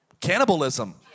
cannibalism